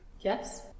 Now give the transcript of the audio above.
Yes